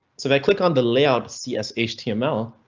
so they click on the layout css, html.